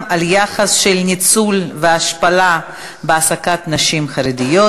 על יחס של ניצול והשפלה בהעסקת נשים חרדיות,